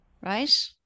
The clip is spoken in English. right